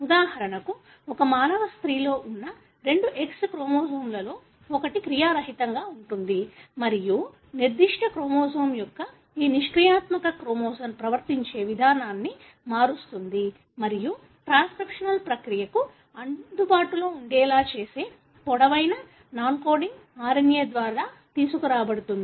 ఉదాహరణకు ఒక మానవ స్త్రీలో ఉన్న రెండు X క్రోమోజోమ్లలో ఒకటి క్రియారహితంగా ఉంటుంది మరియు నిర్దిష్ట క్రోమోజోమ్ యొక్క ఈ నిష్క్రియాత్మకత క్రోమోజోమ్ ప్రవర్తించే విధానాన్ని మారుస్తుంది మరియు ట్రాన్స్క్రిప్షనల్ ప్రక్రియకు అందుబాటులో ఉండేలా చేసే పొడవైన నాన్ కోడింగ్ RNA ద్వారా తీసుకురాబడుతుంది